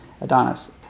Adonis